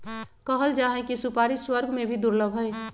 कहल जाहई कि सुपारी स्वर्ग में भी दुर्लभ हई